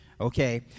okay